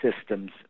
system's